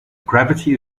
gravity